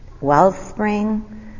Wellspring